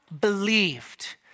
believed